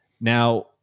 Now